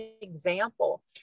example